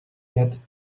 yet